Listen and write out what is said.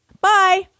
Bye